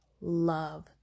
love